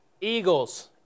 Eagles